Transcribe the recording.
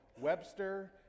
Webster